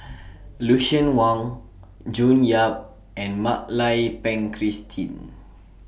Lucien Wang June Yap and Mak Lai Peng Christine